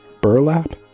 burlap